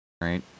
right